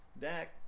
Dak